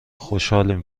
خوشحالیم